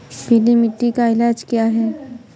पीली मिट्टी का इलाज क्या है?